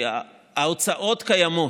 כי ההוצאות קיימות.